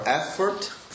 effort